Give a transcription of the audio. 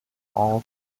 all